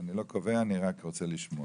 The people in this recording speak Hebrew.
אני לא קובע, אני רק רוצה לשמוע.